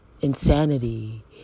Insanity